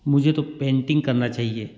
मुझे तो पेंटिंग करना चाहिए